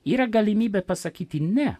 yra galimybė pasakyti ne